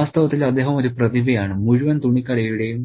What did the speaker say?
വാസ്തവത്തിൽ അദ്ദേഹം ഒരു പ്രതിഭയാണ് മുഴുവൻ തുണിക്കടയും